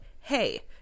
Hey